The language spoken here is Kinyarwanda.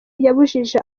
yabujije